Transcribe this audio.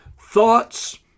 Thoughts